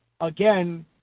again